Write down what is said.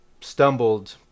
stumbled